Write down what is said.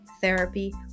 therapy